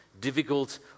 difficult